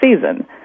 season